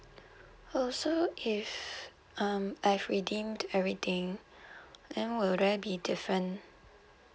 oh so if um I've redeemed everything then will there be different